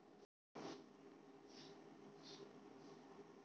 खाता से लाभ?